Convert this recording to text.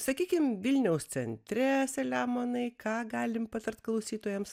sakykime vilniaus centre selemonai ką galime patarti klausytojams